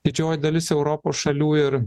didžioji dalis europos šalių ir